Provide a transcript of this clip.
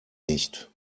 nicht